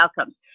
outcomes